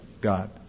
God